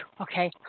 okay